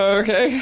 okay